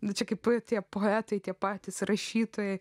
bet čia kaip tie poetai tie patys rašytojai